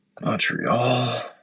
Montreal